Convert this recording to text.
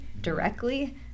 directly